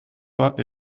pas